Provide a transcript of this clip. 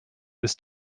was